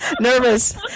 nervous